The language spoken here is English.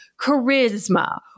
charisma